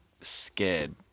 scared